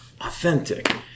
Authentic